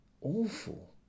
Awful